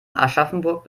aschaffenburg